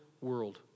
world